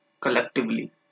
collectively